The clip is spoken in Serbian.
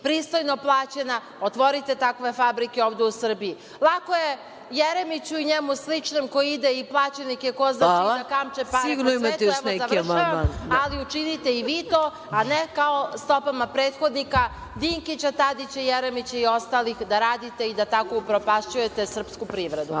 pristojno plaćena. Otvorite takve fabrike ovde u Srbiji. lako je Jeremiću i njemu sličnima, koji ide i plaćen je, ko zna kuda kamče pare po svetu, evo završavam, ali učinite i vi to, a ne kao stopama prethodnika, Dinkića, Tadića, Jeremića i ostalih da radite i da tako upropašćujete srpsku privredu.